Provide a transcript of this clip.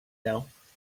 though